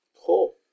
Cool